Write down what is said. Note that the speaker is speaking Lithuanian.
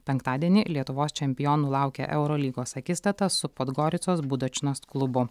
penktadienį lietuvos čempionų laukia eurolygos akistata su podgoricos budočnos klubu